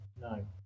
no